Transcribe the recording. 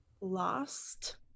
lost